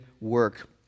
work